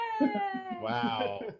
Wow